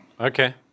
Okay